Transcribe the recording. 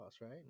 right